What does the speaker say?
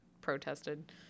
protested